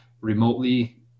remotely